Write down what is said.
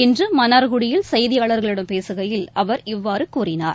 இன்று மன்னார்குடியில் செய்தியாளர்களிடம் பேசுகையில் அவர் இவ்வாறு கூறினார்